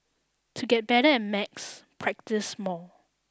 to get better at maths practise more